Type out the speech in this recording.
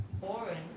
boring